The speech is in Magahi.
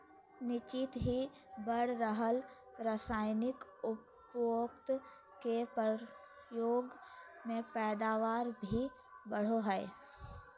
निह्चित ही बढ़ रहल रासायनिक उर्वरक के प्रयोग से पैदावार भी बढ़ो हइ